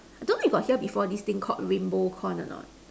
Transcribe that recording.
I don't know you got hear before this thing called rainbow corn or not